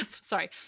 sorry